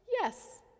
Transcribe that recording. yes